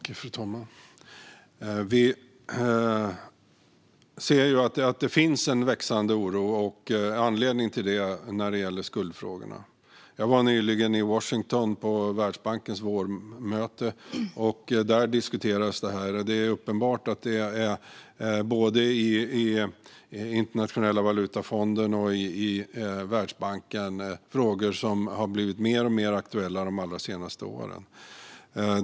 Fru talman! Vi ser att det finns en växande oro när det gäller skuldfrågorna. Jag var nyligen i Washington på Världsbankens vårmöte, och där diskuterades detta. Det är uppenbart att detta är frågor som har blivit alltmer aktuella både i Internationella valutafonden och i Världsbanken under de allra senaste åren.